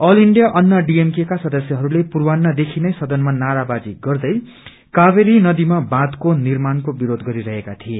all India Anna DMK का सदस्यहरूले पूर्वान्नदेखि नै सदनमा नाराबाजी गर्दै कावेरी नदीमा बाँधको निर्माणको विरोध गरिरहेका थिए